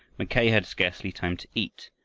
mackay had scarcely time to eat,